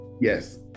yes